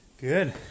Good